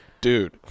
Dude